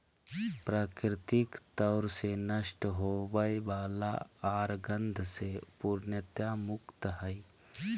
प्राकृतिक तौर से नष्ट होवय वला आर गंध से पूर्णतया मुक्त हइ